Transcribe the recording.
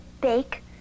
bake